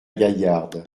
gaillarde